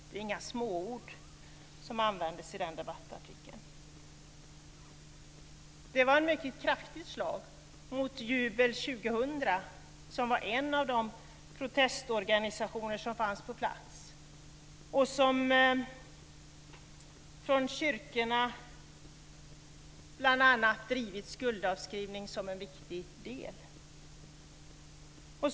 Det är inga små ord som användes i den debattartikeln. Det var ett mycket kraftigt slag mot Jubel 2000 som var en av de protestorganisationer som fanns på plats. De har, bl.a. från kyrkorna, drivit skuldavskrivning som en viktig del.